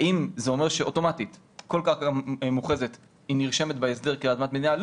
האם זה אומר שאוטומטית כל קרקע מוכרזת נרשמת בהסדר כאדמת מדינה?